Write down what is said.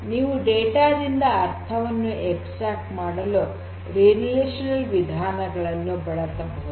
ನೀವು ಡೇಟಾ ದಿಂದ ಅರ್ಥವನ್ನು ಹೊರತೆಗೆಯಲು ರಿಲೇಶನಲ್ ವಿಧಾನಗಳನ್ನು ಬಳಸಬಹುದು